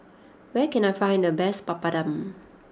where can I find the best Papadum